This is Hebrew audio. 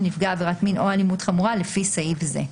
נפגע עבירת מין או אלימות חמורה לפי סעיף זה".